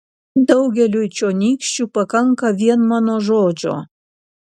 daugeliui čionykščių pakanka vien mano žodžio